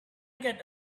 get